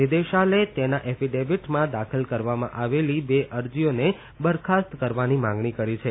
નિર્દેશાલયે તેના એફિડેવિટમાં દાખલ કરવામાં આવેલી બે અરજીઓને બરખાસ્ત કરવાની માંગણી કરી છે